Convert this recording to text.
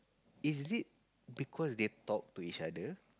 is it because they talk to each other